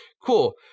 Cool